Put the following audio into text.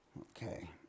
Okay